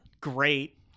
great